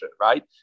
right